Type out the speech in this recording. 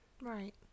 Right